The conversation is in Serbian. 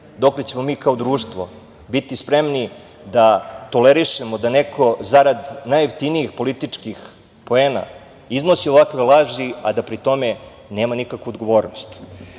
dokle ćemo mi kao društvo biti spremni da tolerišemo da neko zarad najjeftinijih političkih poena iznosi ovakve laži, a da pri tome nema nikakvu odgovornost. Dragan